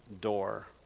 door